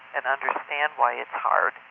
and understand why it's hard.